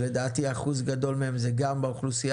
ולדעתי אחוז גדול מהם זה גם באוכלוסייה